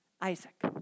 Isaac